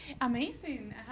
Amazing